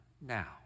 now